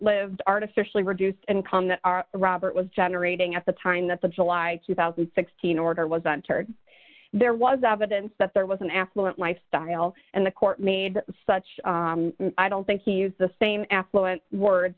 lived artificially reduced income that our robert was generating at the time that the july two thousand and sixteen order wasn't heard there was evidence that there was an affluent lifestyle and the court made such i don't think he used the same affluent word